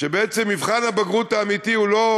שמבחן הבגרות האמיתי הוא לא,